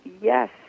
yes